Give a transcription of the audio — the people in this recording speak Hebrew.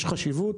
יש חשיבות